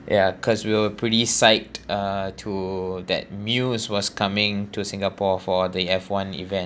ya cause we were pretty psyched uh to that muse was coming to singapore for the F one event